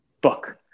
book